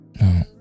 No